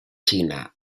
china